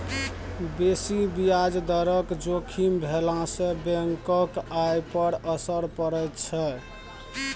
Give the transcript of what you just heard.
बेसी ब्याज दरक जोखिम भेलासँ बैंकक आय पर असर पड़ैत छै